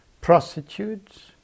prostitutes